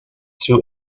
two